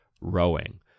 rowing